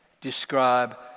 describe